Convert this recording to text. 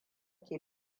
ke